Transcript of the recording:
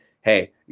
hey